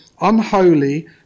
unholy